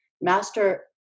master